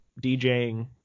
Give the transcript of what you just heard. DJing